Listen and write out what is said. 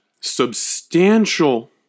substantial